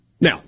Now